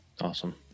awesome